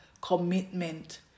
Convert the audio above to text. commitment